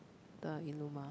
the Illuma